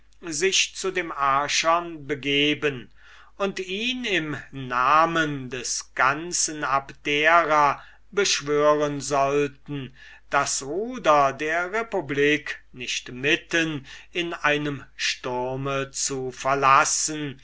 sich zu dem archon begeben und ihn im namen des ganzen abdera beschwören sollten das ruder der republik nicht mitten in einem sturm zu verlassen